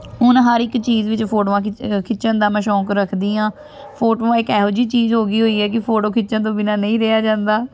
ਹੁਣ ਹਰ ਇੱਕ ਚੀਜ਼ ਵਿੱਚ ਫੋਟੋਆਂ ਖਿੱਚ ਖਿੱਚਣ ਦਾ ਮੈਂ ਸ਼ੌਕ ਰੱਖਦੀ ਹਾਂ ਫੋਟੋਆਂ ਇੱਕ ਇਹੋ ਜਿਹੀ ਚੀਜ਼ ਹੋ ਗਈ ਹੋਈ ਹੈ ਕਿ ਫੋਟੋ ਖਿੱਚਣ ਤੋਂ ਬਿਨਾਂ ਨਹੀਂ ਰਿਹਾ ਜਾਂਦਾ